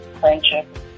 friendship